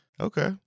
Okay